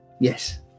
Yes